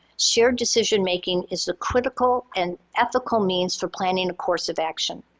shared decision-making is a critical and ethical means for planning a course of action.